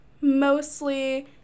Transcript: Mostly